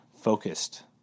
focused